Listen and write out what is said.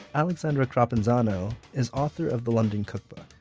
aleksandra crapanzano is author of the london cookbook.